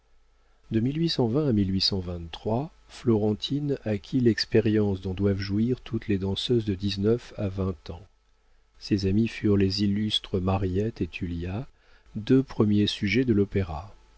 de à florentine acquit l'expérience dont doivent jouir toutes les danseuses de dix-neuf à vingt ans ses amies furent les illustres mariette et tullia deux premiers sujets de l'opéra